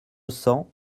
cents